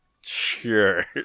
sure